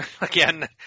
Again